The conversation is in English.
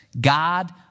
God